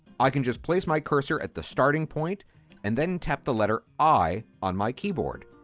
i can just place my cursor at the starting point and then tap the letter i on my keyboard.